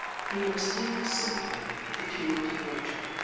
feel a mysterious sympathy with the tumult of nature,